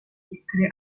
iskry